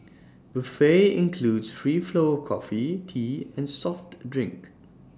buffet includes free flow of coffee tea and soft drinks